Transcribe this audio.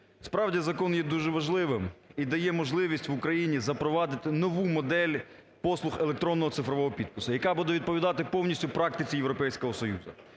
справді закон є дуже важливим і дає можливість в Україні запровадити нову модель послуг електронного цифрового підпису, яка буде відповідати повністю практиці Європейського Союзу.